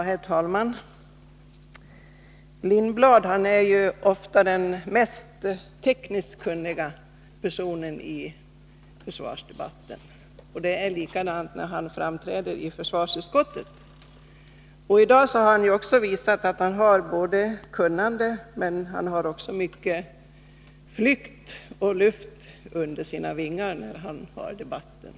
Herr talman! Hans Lindblad är ju ofta den mest tekniskt kunniga personen i försvarsdebatten, och det är likadant när han framträder i försvarsutskottet. I dag har han också visat att han har kunnande men också mycket flykt och luft under sina vingar när han för debatten.